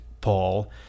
Paul